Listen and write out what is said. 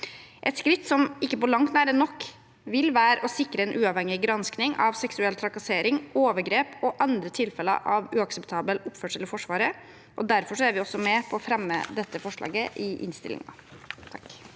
Et skritt som ikke på langt nær er nok, vil være å sikre en uavhengig gransking av seksuell trakassering, overgrep og andre tilfeller av uakseptabel oppførsel i Forsvaret. Derfor er vi med på å fremme dette forslaget i innstillingen.